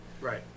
Right